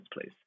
please